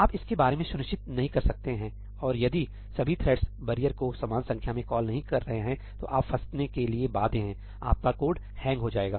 आप इसके बारे में सुनिश्चित नहीं हो सकते हैं और यदि सभी थ्रेड्सबैरियर को समान संख्या मे कॉल नहीं कर रहे हैं तो आप फंसने के लिए बाध्य हैं आपका कोड हैंग हो जाएगा